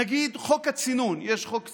נגיד חוק הצינון, יש חוק צינון,